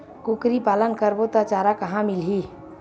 कुकरी पालन करबो त चारा कहां मिलही?